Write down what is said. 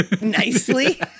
Nicely